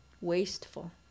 wasteful